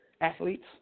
athletes